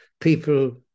people